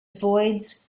avoids